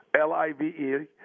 L-I-V-E